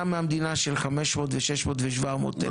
מהמדינה של 500,000 ו-600,000 ו-700,000 שקלים.